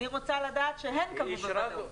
אני רוצה לדעת שהם קבעו בוודאות.